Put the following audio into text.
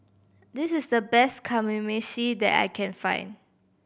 this is the best Kamameshi that I can find